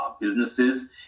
businesses